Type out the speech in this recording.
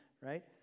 right